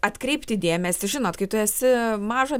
atkreipti dėmesį žinot kai tu esi mažo